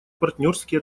партнерские